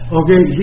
okay